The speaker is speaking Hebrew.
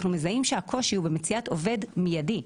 אנחנו מזהים שהקושי הוא במציאת עובד מידי.